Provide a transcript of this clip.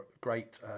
great